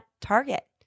Target